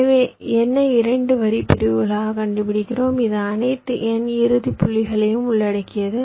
எனவே N ஐ 2 வரி பிரிவுகளால் கண்டுபிடிக்கிறோம் இது அனைத்து N இறுதி புள்ளிகளையும் உள்ளடக்கியது